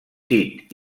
tit